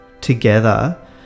together